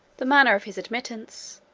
the manner of his admittance.